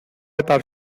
estar